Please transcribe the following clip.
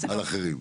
על אחרים?